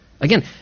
Again